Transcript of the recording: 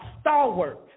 stalwart